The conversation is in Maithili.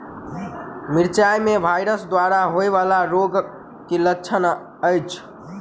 मिरचाई मे वायरस द्वारा होइ वला रोगक की लक्षण अछि?